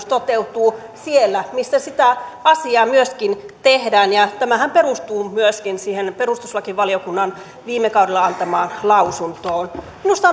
toteutuu siellä missä sitä asiaa myöskin tehdään tämähän perustuu myöskin perustuslakivaliokunnan viime kaudella antamaan lausuntoon minusta